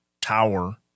tower